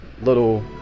little